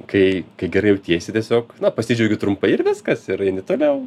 kai kai gerai jautiesi tiesiog na pasidžiaugi trumpai ir viskas ir eini toliau